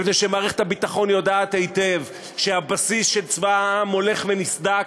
מפני שמערכת הביטחון יודעת היטב שהבסיס של צבא העם הולך ונסדק,